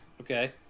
Okay